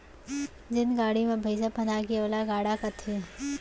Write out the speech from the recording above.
जेन गाड़ी म भइंसा फंदागे ओला गाड़ा कथें